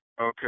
okay